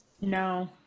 No